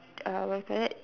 err what we call that